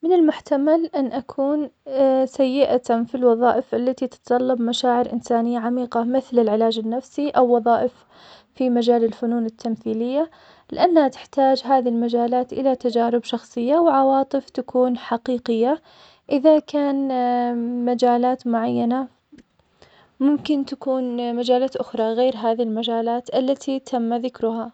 من المحتمل أن أكون سيئة في الوظائف التي تتطلب مشاعر إنسانية عميقة مثل العلاج النفسي, أو وظائف في مجال الفنون التمثيلية, لأنها تحتاج هذي المجالات إلى تجارب شخصية, وعواطف تكون حقيقية, إذا كان مجالات معينة, ممكن تكون مجالات أخرى غير هذي المجالات التي تم ذكرها.